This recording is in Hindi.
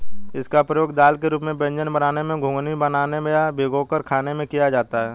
इसका प्रयोग दाल के रूप में व्यंजन बनाने में, घुघनी बनाने में या भिगोकर खाने में भी किया जाता है